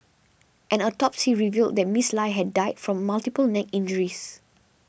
an autopsy revealed that Miss Lie had died from multiple neck injuries